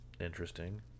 Interesting